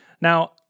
Now